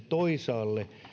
toisaalle